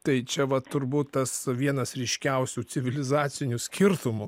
tai čia va turbūt tas vienas ryškiausių civilizacinių skirtumų